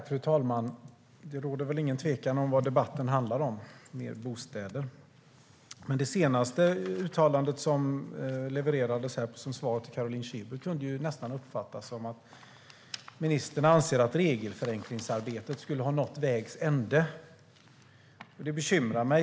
Fru talman! Det råder nog ingen tvekan om vad debatten handlar om, nämligen mer bostäder. Men det senaste uttalandet som levererades här som svar till Caroline Szyber kunde nästan uppfattas som att ministern anser att regelförenklingsarbetet skulle ha nått vägs ände. Det bekymrar mig.